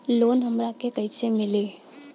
Loan हमरा के कईसे मिली?